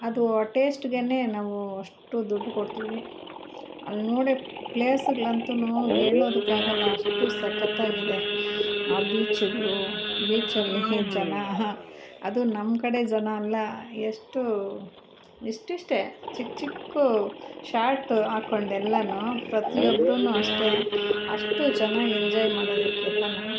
ಅದು ಟೇಶ್ಟ್ಗೆ ನಾವು ಅಷ್ಟು ದುಡ್ಡು ಕೊಡ್ತೀವಿ ಅಲ್ನೋಡಿ ಪ್ಲೇಸ್ಗಳಂತು ಹೇಳೋದಕ್ಕಾಗಲ್ಲ ಅಷ್ಟು ಸಕತ್ತಾಗಿದೆ ಆ ಬೀಚುಗ್ಳು ಬೀಚಲ್ಲಿ ಜನ ಅದು ನಮ್ಮ ಕಡೆ ಜನ ಅಲ್ಲ ಎಷ್ಟು ಇಷ್ಟಿಷ್ಟೆ ಚಿಕ್ಕ ಚಿಕ್ಕ ಶಾರ್ಟ್ ಹಾಕೊಂಡ್ ಎಲ್ಲನು ಪ್ರತಿಯೊಬ್ರು ಅಷ್ಟೆ ಅಷ್ಟು ಚೆನ್ನಾಗ್ ಎಂಜಾಯ್ ಮಾಡೋದಕ್ಕೆಲ್ಲ